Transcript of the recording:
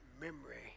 memory